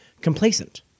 complacent